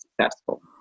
successful